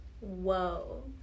Whoa